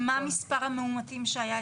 ומה מספר המאומתים שהיה אצלם?